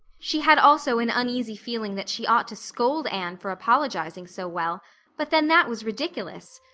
she had also an uneasy feeling that she ought to scold anne for apologizing so well but then, that was ridiculous!